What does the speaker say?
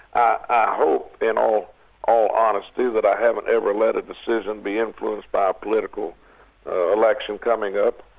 i hope in all all honesty that i haven't ever let a decision be influenced by a political election coming up,